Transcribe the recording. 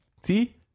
See